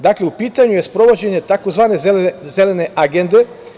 Dakle, u pitanju je sprovođenje tzv. Zelene agende.